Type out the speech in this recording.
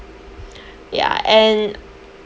ya and